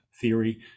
theory